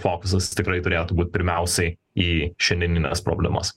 fokusas tikrai turėtų pirmiausiai į šiandienines problemas